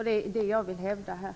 Det är det som jag vill hävda här.